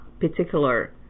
particular